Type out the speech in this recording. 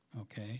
okay